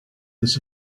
this